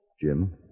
Jim